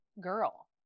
girl